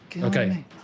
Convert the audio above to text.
Okay